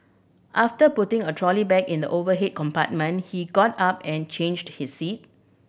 after putting a trolley bag in the overhead compartment he got up and changed his seat